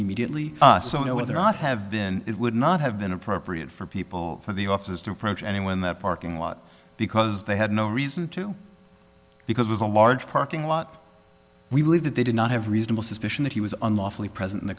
immediately us so you know whether or not have been it would not have been appropriate for people for the officers to approach anyone in that parking lot because they had no reason to because there's a large parking lot we believe that they did not have reasonable suspicion that he was unlawfully present in the